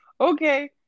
Okay